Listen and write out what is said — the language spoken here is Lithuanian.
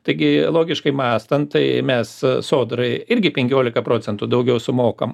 taigi logiškai mąstant tai mes sodrai irgi penkiolika procentų daugiau sumokam